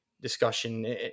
discussion